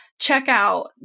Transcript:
checkout